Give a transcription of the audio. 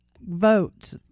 vote